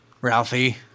Ralphie